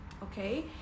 Okay